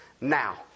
Now